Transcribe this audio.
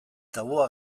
tabua